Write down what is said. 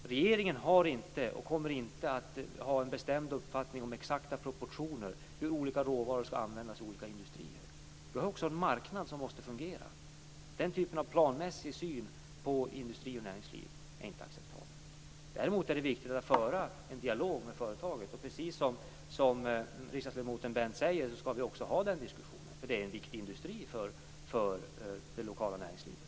Regeringen har inte och kommer inte att ha en bestämd uppfattning om exakta proportioner för hur olika råvaror skall användas i olika industrier. Vi har också en marknad som måste fungera. Den typen av planmässig syn på industri och näringsliv är inte acceptabel. Däremot är det viktigt att föra en dialog med företaget. Precis som riksdagsledamoten Brendt säger skall vi också ha den diskussionen. Det är en viktig industri för det lokala näringslivet.